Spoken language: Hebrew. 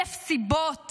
אלף סיבות